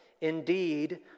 indeed